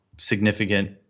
significant